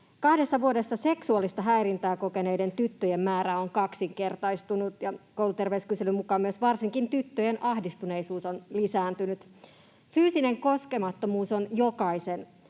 Kahdessa vuodessa on seksuaalista häirintää kokeneiden tyttöjen määrä kaksinkertaistunut, ja kouluterveyskyselyn mukaan myös varsinkin tyttöjen ahdistuneisuus on lisääntynyt. Fyysinen koskemattomuus on jokaisen